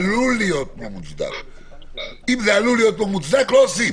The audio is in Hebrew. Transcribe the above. אם זה עלול להיות לא מוצדק, לא עושים.